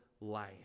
life